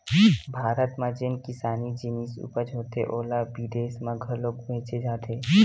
भारत म जेन किसानी जिनिस उपज होथे ओला बिदेस म घलोक भेजे जाथे